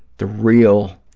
the real